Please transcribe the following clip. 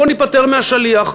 בואו ניפטר מהשליח.